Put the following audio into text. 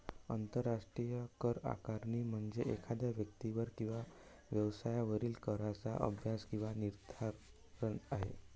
आंतरराष्ट्रीय करआकारणी म्हणजे एखाद्या व्यक्तीवरील किंवा व्यवसायावरील कराचा अभ्यास किंवा निर्धारण आहे